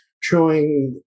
showing